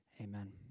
Amen